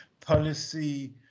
policy